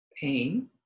pain